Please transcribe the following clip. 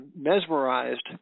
mesmerized